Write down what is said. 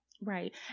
right